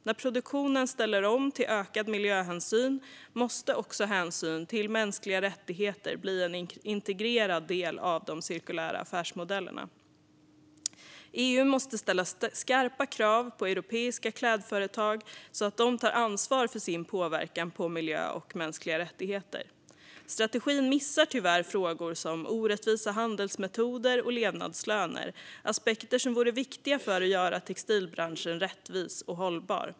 När produktionen ställer om till ökad miljöhänsyn måste också hänsyn till mänskliga rättigheter bli en integrerad del av de cirkulära affärsmodellerna. EU måste ställa skarpa krav på europeiska klädföretag så att de tar ansvar för sin påverkan på miljö och mänskliga rättigheter. Strategin missar tyvärr frågor som orättvisa handelsmetoder och levnadslöner - aspekter som är viktiga för att göra textilbranschen rättvis och hållbar.